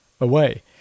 away